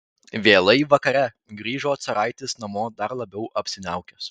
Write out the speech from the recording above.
vėlai vakare grįžo caraitis namo dar labiau apsiniaukęs